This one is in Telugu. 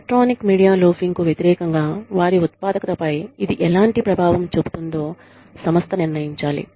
ఎలక్ట్రానిక్ మీడియా లోఫింగ్ కు వ్యతిరేకంగా వారి ఉత్పాదకతపై ఇది ఎలాంటి ప్రభావం చూపుతుందో సంస్థ నిర్ణయించాలి